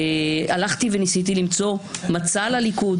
הלכתי וניסיתי למצוא מצע לליכוד,